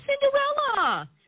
Cinderella